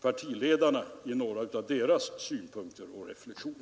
Jag vill säga några ord till herr Bohman.